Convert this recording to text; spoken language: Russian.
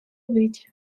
быть